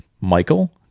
Michael